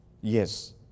Yes